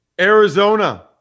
Arizona